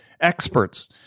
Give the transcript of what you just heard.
experts